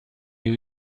new